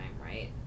right